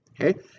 okay